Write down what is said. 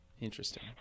interesting